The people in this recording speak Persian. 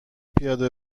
پیاده